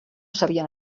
sabien